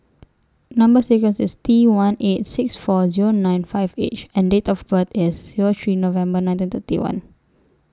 Number sequence IS T one eight six four Zero nine five H and Date of birth IS Zero three November nineteen thirty one